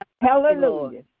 Hallelujah